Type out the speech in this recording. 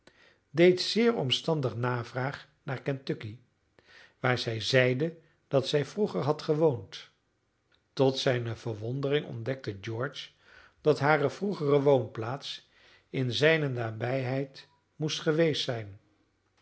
deed zeer omstandig navraag naar kentucky waar zij zeide dat zij vroeger had gewoond tot zijne verwondering ontdekte george dat hare vroegere woonplaats in zijne nabijheid moest geweest zijn